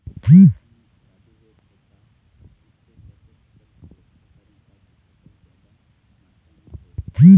गेहूं म खराबी रोग होता इससे कैसे फसल की सुरक्षा करें ताकि फसल जादा मात्रा म हो?